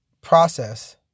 process